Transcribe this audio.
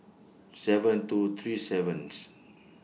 seven two three seventh